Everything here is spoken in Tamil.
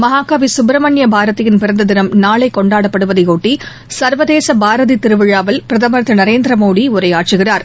மகாகவி சுப்பிரமணிய பாரதியின் பிறந்த தினம் நாளை கொண்டாடப்படுவதையொட்டி சர்வதேச பாரதி திருவிழாவில் பிரதமர் திரு நரேந்திரமோடி உரையாற்றுகிறார்